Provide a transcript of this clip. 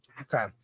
Okay